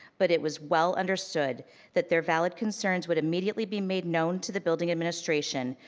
but it was well understood that their valid concerns would immediately be made known to the building administration,